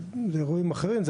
אירועים אחרים,